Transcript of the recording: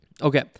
Okay